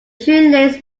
shoelace